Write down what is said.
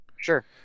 sure